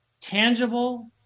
tangible